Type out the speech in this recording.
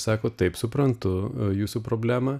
sako taip suprantu jūsų problemą